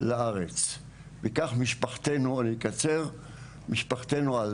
לארץ וכך משפחתנו עלתה,